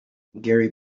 gary